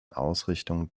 ausrichtung